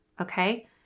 Okay